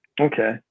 Okay